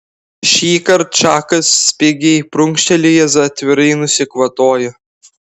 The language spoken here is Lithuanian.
šįkart čakas spigiai prunkštelėjęs atvirai nusikvatojo